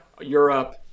Europe